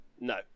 No